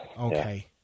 Okay